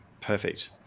perfect